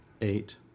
Eight